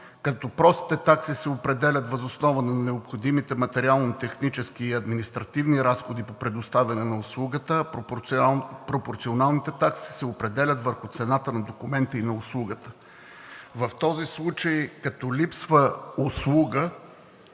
Простите такси се определят въз основа на необходимите материално-технически и административни разходи по предоставяне на услугата, а пропорционалните такси се определят върху цената на документа и на услугата. В този случай, като липсва услуга